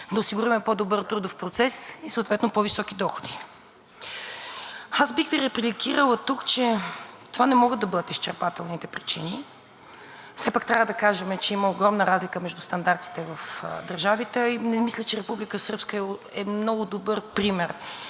да осигурим по-добър трудов процес и съответно по-високи доходи. Аз бих Ви репликирала тук, че това не могат да бъдат изчерпателните причини, все пак трябва да кажем, че има огромна разлика между стандартите в държавите и не мисля, че Република Сръбска е много добър пример